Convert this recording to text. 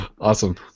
Awesome